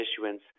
issuance